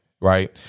right